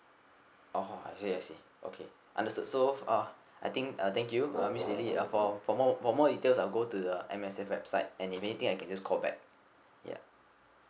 orh I see I see okay understood so uh I think uh thank you uh miss L I L Y uh for for more for more details I'll go to the M_S_F website and if anything I can just call back ya